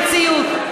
למציאות.